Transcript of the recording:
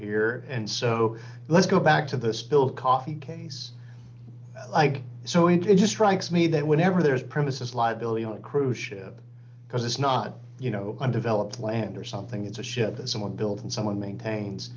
here and so let's go back to the spill coffee case so it just strikes me that whenever there's premises liability on a cruise ship because it's not you know undeveloped land or something it's a ship that someone built and someone maintains